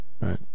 Right